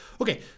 okay